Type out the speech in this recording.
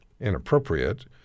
inappropriate